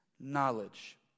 knowledge